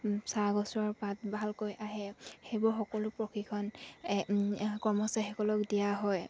চাহ গছৰ পাত ভালকৈ আহে সেইবোৰ সকলো প্ৰশিক্ষণ কৰ্মচাৰীসকলক দিয়া হয়